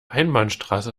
einbahnstraße